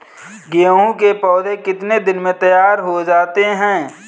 गेहूँ के पौधे कितने दिन में तैयार हो जाते हैं?